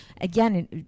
again